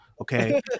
okay